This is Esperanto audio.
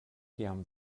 kiam